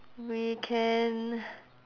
we can